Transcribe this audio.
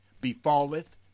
befalleth